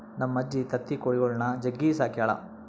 ನಮ್ಮಜ್ಜಿ ತತ್ತಿ ಕೊಳಿಗುಳ್ನ ಜಗ್ಗಿ ಸಾಕ್ಯಳ